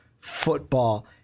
football